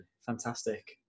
fantastic